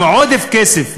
פתאום יש כסף.